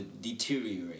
deteriorate